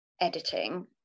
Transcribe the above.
editing